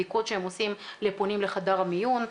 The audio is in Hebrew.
בדיקות שהם עושים לפונים לחדר המיון,